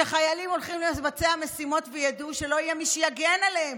כשחיילים הולכים לבצע משימות וידעו שלא יהיה מי שיגן עליהם,